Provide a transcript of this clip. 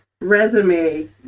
resume